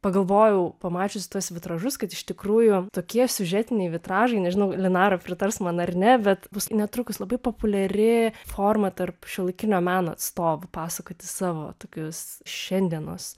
pagalvojau pamačius tuos vitražus kad iš tikrųjų tokie siužetiniai vitražai nežinau linara pritars man ar ne bet bus netrukus labai populiari forma tarp šiuolaikinio meno atstovų pasakoti savo tokius šiandienos